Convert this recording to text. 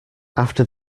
after